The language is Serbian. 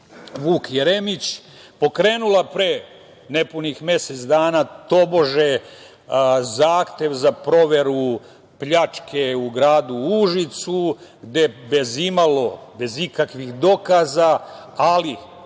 Vuk Jeremić, pokrenula pre nepunih mesec dana, tobože, zahtev za proveru pljačke u gradu Užicu, gde bez imalo, bez ikakvih dokaza, ali